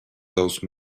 those